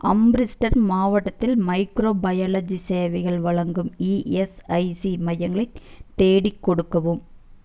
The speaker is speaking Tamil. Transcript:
அம்ரிட்சர் மாவட்டத்தில் மைக்ரோபயாலஜி சேவைகள் வழங்கும் இஎஸ்ஐசி மையங்களைத் தேடிக் கொடுக்கவும்